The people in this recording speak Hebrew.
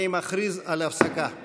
אני מכריז על הפסקה.